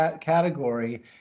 category